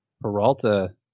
Peralta